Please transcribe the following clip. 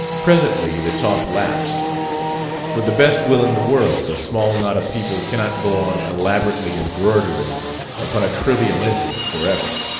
presently the talk lapsed with the best will in the world a small knot of people cannot go on elaborately embroidering upon a trivial incident forever.